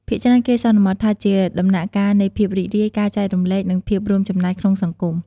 ភាគច្រើនគេសន្មត់ថាជាដំណាក់កាលនៃភាពរីករាយ ការចែករំលែក និងភាពរួមចំណែកក្នុងសង្គម។